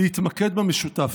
להתמקד במשותף.